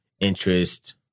interest